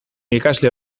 ikasle